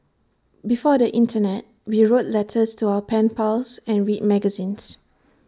before the Internet we wrote letters to our pen pals and read magazines